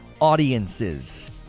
audiences